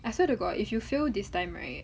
I swear to god if you fail this time right